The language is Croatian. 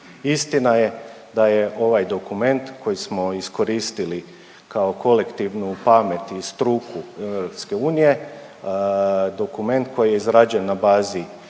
Istina je da je ovaj dokument koji smo iskoristili kao kolektivnu pamet i struku EU, dokument koji je izrađen na bazi